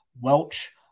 welch